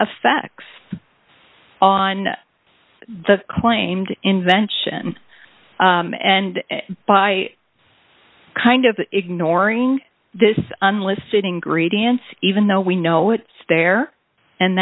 effects on the claimed invention and by kind of ignoring this unlisted ingredients even though we know it's there and